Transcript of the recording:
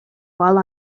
while